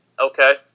Okay